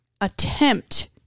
attempt